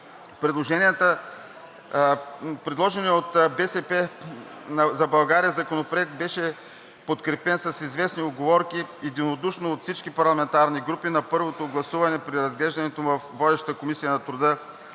Предложеният от „БСП за България“ законопроект беше подкрепен с известни уговорки единодушно от всички парламентарни групи на първото гласуване при разглеждането му във водещата Комисия по труда,